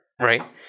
Right